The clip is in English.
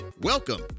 Welcome